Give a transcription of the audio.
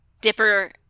Dipper